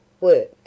Work